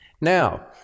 now